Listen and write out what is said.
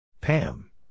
Pam